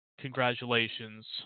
congratulations